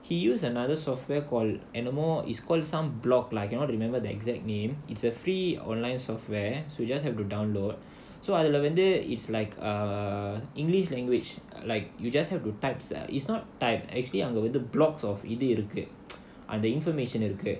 he use another software call anymore is called some block lah cannot remember the exact name it's a free online software so you just have to download so I அதுல வந்து:adhula vandhu it's like err english language like you just have to type ah it's not type actually blocks அங்க வந்து:anga vandhu information இருக்கு:irukku